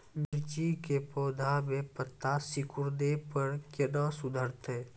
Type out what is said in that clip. मिर्ची के पौघा मे पत्ता सिकुड़ने पर कैना सुधरतै?